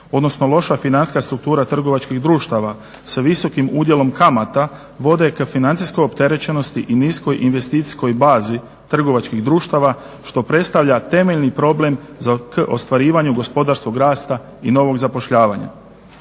odnosno loša financijska struktura trgovačkih društava sa visokim udjelom kamata vode ka financijskoj opterećenosti i niskoj investicijskoj bazi trgovačkih društava što predstavlja temeljni problem k ostvarivanju gospodarskog rasta i novog zapošljavanja.